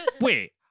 Wait